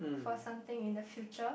for something in the future